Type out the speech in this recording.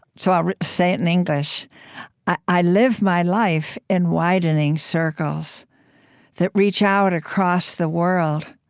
so i'll say it in english i live my life in widening circles that reach out across the world.